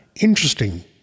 interesting